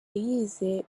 yize